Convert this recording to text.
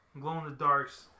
glow-in-the-darks